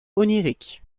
onirique